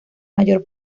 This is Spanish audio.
mayor